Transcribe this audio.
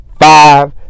five